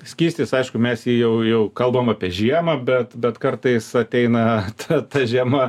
skystis aišku mes jį jau jau kalbam apie žiemą bet bet kartais ateina ta ta žiema